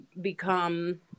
become